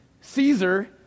Caesar